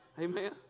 Amen